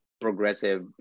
progressive